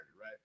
Right